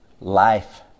Life